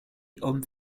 hommes